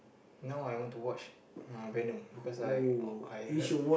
now I want to watch uh Venom because I I heard